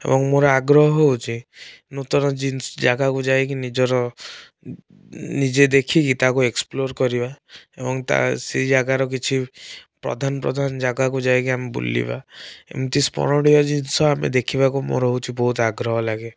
ଏବଂ ମୋର ଆଗ୍ରହ ହଉଚି ନୂତନ ଜାଗାକୁ ଯାଇକି ନିଜର ନିଜେ ଦେଖିକି ତାକୁ ଏକ୍ସପ୍ଲୋର୍ କରିବା ଏବଂ ତ ସେଇ ଜାଗାର କିଛି ପ୍ରଧାନ ପ୍ରଧାନ ଜାଗାକୁ ଯାଇକି ଆମେ ବୁଲିବା ଏମିତି ସ୍ମରଣୀୟ ଜିନିଷ ଆମେ ଦେଖିବାକୁ ମୋର ହେଉଛୁ ବହୁତ ଆଗ୍ରହ ଲାଗେ